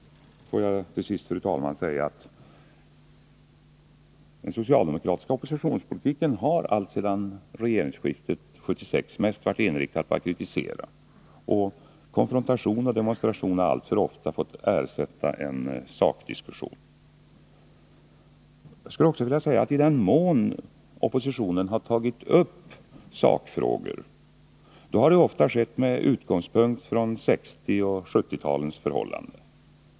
Låt mig, fru talman, säga att den socialdemokratiska oppositionspolitiken alltsedan regeringsskiftet 1976 mest har varit inriktat på att kritisera. Konfrontation och demonstration har alltför ofta fått ersätta sakdiskussioner. I den mån oppositionen har tagit upp sakfrågor har det ofta skett med utgångspunkt från 1960 och 1970-talens förhållanden.